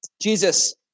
Jesus